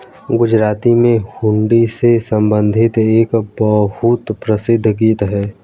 गुजराती में हुंडी से संबंधित एक बहुत प्रसिद्ध गीत हैं